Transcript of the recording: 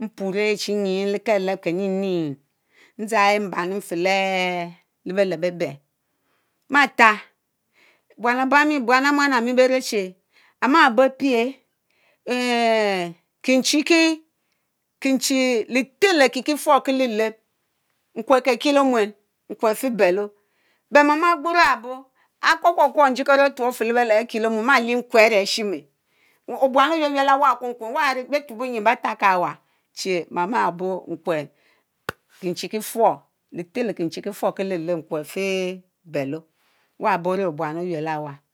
mpurie ehh chinyi lekeleb Kerrini ndzang ehh mbarim-fellée beléb ében; mattarr Guam Abami buan E, muam ami beh ruch chi Amgabo apie eeehh Kinchi Ki Kindi Cetel lekie Kifurs Kilehled nkwers are gen kiele-omuen beh mama quorr nkwerr afi bello Ogburo aboh are quarr quarr njiekoro atrofele belleb akie lee muen ma lich A Nhwer are Ashimch ewab Oquenquen. Obuan yuelyuel eva betnorbinger betapka wa chi mámá Abó nkwerr Kinchirr Kifurs letel lét kinchirr Hifure nkwerr féhh bellów wap-boreye obuan oyuel E'wa.